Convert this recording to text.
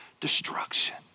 destruction